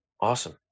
Awesome